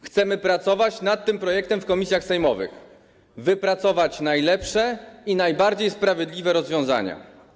Chcemy pracować nad tym projektem w komisjach sejmowych, wypracować najlepsze i najbardziej sprawiedliwe rozwiązania.